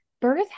birth